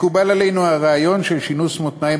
מקובל עלינו הרעיון של שינוס מותניים